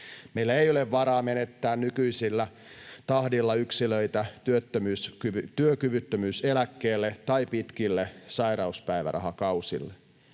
Meillä ei ole varaa menettää nykyisellä tahdilla yksilöitä työkyvyttömyyseläkkeelle tai pitkille sairauspäivärahakausille.